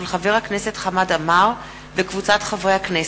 של חבר הכנסת חמד עמאר וקבוצת חברי הכנסת,